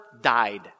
died